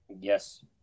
Yes